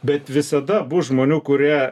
bet visada bus žmonių kurie